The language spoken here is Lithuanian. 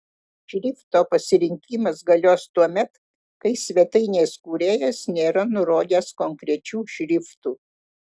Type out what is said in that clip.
šrifto pasirinkimas galios tuomet kai svetainės kūrėjas nėra nurodęs konkrečių šriftų